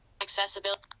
accessibility